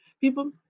people